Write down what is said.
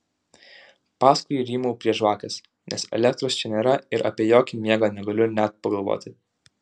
paskui rymau prie žvakės nes elektros čia nėra ir apie jokį miegą negaliu net pagalvoti